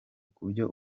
kubyo